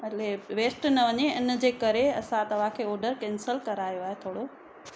हले वेस्ट न वञे इनजे करे असां तव्हांखे ऑडर कैंसिल करायो आहे थोरो